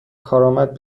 کارآمد